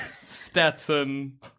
Stetson